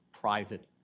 private